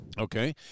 Okay